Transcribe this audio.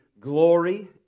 glory